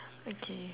okay